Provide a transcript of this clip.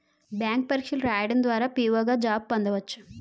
bank పరీక్షలు రాయడం ద్వారా పిఓ గా జాబ్ పొందవచ్చు